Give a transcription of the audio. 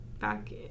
back